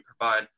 provide